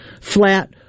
flat